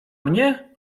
mnie